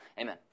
Amen